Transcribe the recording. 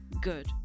good